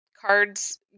cards